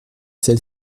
celle